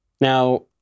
Now